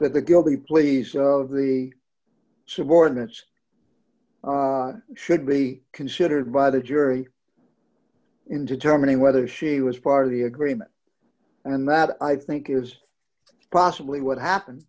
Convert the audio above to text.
the guilty pleas of the subordinates should be considered by the jury in determining whether she was part of the agreement and that i think is possibly what happen